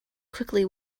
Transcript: quickly